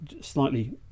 slightly